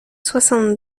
soixante